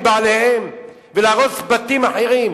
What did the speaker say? מבעליהן, ולהרוס בתים אחרים.